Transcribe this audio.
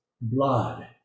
blood